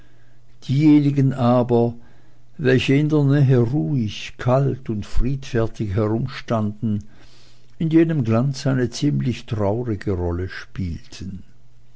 diejenigen aber welche in der nähe ruhig kalt und friedfertig herumstanden in jenem glanze eine ziemlich traurige rolle spielten